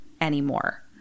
anymore